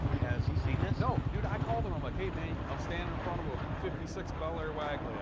has he seen this? no. dude, i called him, and i'm like, hey, man. i'm standing in front of a fifty six bel air wagon. oh, yeah